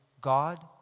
God